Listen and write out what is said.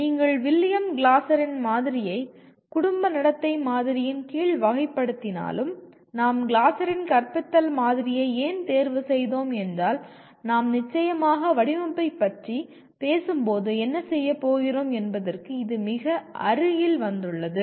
ஆனால் நீங்கள் வில்லியம் கிளாசரின் மாதிரியை குடும்ப நடத்தை மாதிரியின் கீழ் வகைப்படுத்தினாலும் நாம் கிளாசரின் கற்பித்தல் மாதிரியை ஏன் தேர்வு செய்தோம் என்றால் நாம் நிச்சயமாக வடிவமைப்பைப் பற்றி பேசும்போது என்ன செய்யப் போகிறோம் என்பதற்கு இது மிக அருகில் வந்துள்ளது